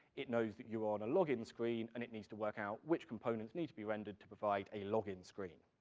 it knows that you are on a login screen, and it needs to work out which components need to be rendered to provide a login screen.